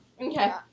Okay